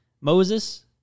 Moses